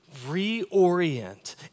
reorient